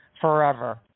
forever